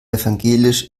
evangelisch